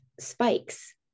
spikes